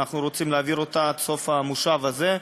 ואנחנו רוצים להעביר אותה עד סוף המושב הזה,